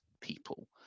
people